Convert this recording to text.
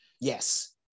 yes